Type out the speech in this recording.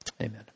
amen